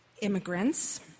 immigrants